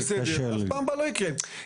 בפעם הבאה זה לא יקרה.